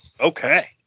Okay